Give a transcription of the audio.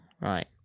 right